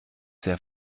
sehr